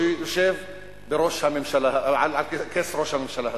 שיושב על כס ראש הממשלה הזאת.